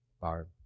Barb